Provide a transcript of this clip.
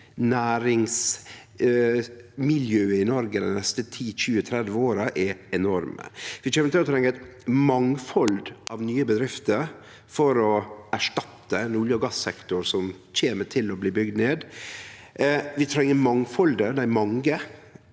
næringsmiljøet i Noreg dei neste 10–20–30 åra, er enorme. Vi kjem til å trenge eit mangfald av nye bedrifter for å erstatte ein olje- og gassektor som kjem til å bli bygd ned. Vi treng